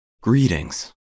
Greetings